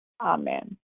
Amen